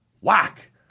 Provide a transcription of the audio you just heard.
whack